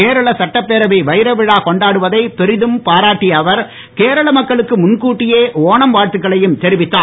கேரள சட்டப்பேரவை வைரவிழா கொண்டாடுவதை பெரிதும் பாராட்டிய அவர் கேரள மக்களுக்கு முன்கூட்டியே ஒணம் வாழ்த்துக்களையும் தெரிவித்தார்